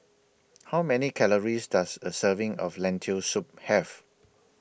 How Many Calories Does A Serving of Lentil Soup Have